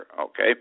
okay